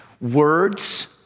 Words